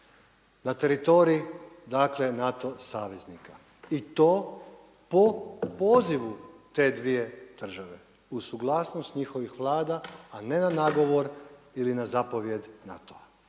na teritorij, dakle NATO saveznika i to po pozivu te dvije države, uz suglasnost njihovih vlada a ne na nagovor ili na zapovijed NATO-a.